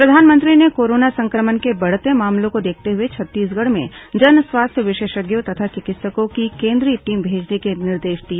प्रधानमंत्री ने कोरोना संक्रमण के बढ़ते मामलों को देखते हुए छत्तीसगढ़ में जन स्वास्थ्य विशेषज्ञों तथा चिकित्सकों की केन्द्रीय टीम भेजने के निर्देश दिए